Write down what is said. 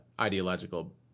ideological